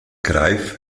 greif